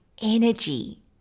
energy